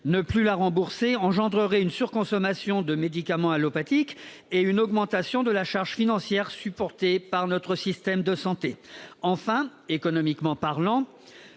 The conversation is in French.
Ne plus la rembourser engendrerait une surconsommation de médicaments allopathiques et une augmentation de la charge financière supportée par notre système de santé. Enfin, économiquement parlant,